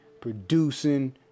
producing